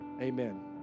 Amen